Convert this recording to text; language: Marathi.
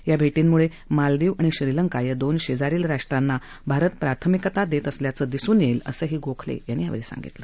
या भेटींमुळे मालदीव आणि श्रीलंका या दोन शेजारील राष्ट्रांना भारत प्राथमिकता देत असल्याचं दिसून येईल असंही गोखले यांनी यावेळी सांगितलं